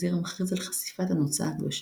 הנזיר מכריז על חשיפת הנוצה הקדושה,